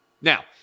Now